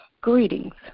Greetings